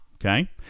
Okay